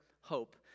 hope